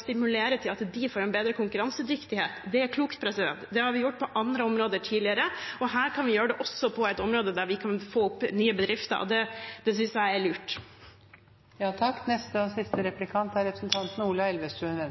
stimulere til at de får en bedre konkurransedyktighet, er klokt. Det har vi gjort på andre områder tidligere. Her kan vi gjøre det på et område hvor vi også kan få opp nye bedrifter, og det synes jeg er lurt. Regjeringen foreslår både en økning av CO 2 -avgiften og